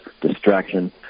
distraction